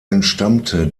entstammte